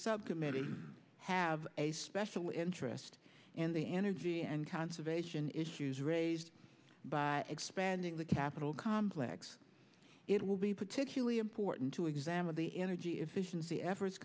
subcommittee have a special interest in the energy and conservation issues raised by expanding the capital complex it will be particularly important to examine the energy efficiency efforts